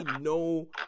no